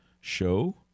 show